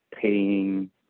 paying